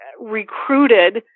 recruited